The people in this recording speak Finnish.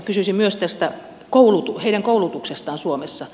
kysyisin myös heidän koulutuksestaan suomessa